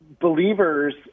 believers